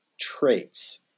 traits